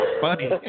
funny